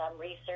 research